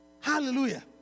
hallelujah